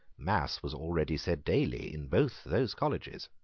mass was already said daily in both those colleges.